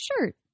shirt